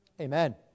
Amen